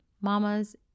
Mamas